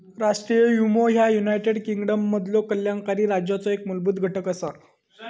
राष्ट्रीय विमो ह्या युनायटेड किंगडममधलो कल्याणकारी राज्याचो एक मूलभूत घटक असा